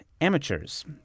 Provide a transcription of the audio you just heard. amateurs